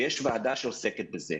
ויש ועדה שעוסקת בזה.